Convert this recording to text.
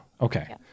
Okay